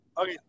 Okay